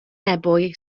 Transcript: ebwy